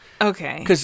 Okay